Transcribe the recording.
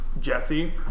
Jesse